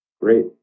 great